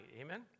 amen